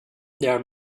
there